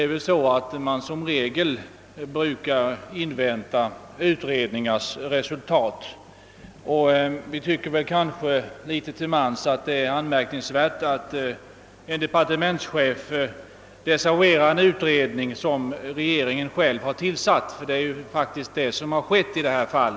Som regel inväntar man resultaten av pågående utredningar, och vi tycker väl litet till mans att det är anmärkningsvärt att en departementschef desavouerar en utredning som regeringen själv har tillsatt. Det är faktiskt vad som skett i detta fall.